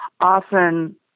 often